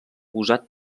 usat